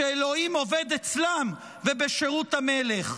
שאלוהים עובד אצלם ובשירות המלך.